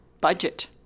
Budget